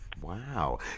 Wow